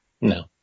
No